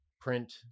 print